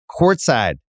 courtside